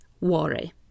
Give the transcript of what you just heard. worry